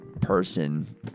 person